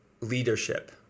leadership